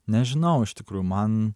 nežinau iš tikrųjų man